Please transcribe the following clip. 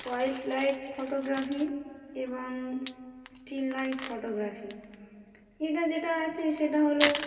wild life photography এবং still life photography এটা যেটা আছে সেটা হলো